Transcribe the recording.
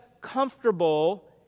comfortable